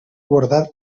guardar